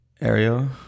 Ariel